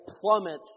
plummets